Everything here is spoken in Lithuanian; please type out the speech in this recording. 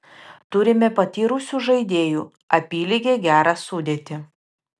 turime patyrusių žaidėjų apylygę gerą sudėtį